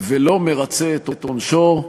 ולא מרצה את עונשו,